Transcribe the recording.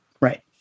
Right